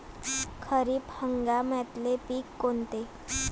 खरीप हंगामातले पिकं कोनते?